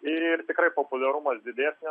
ir tikrai populiarumas didės nes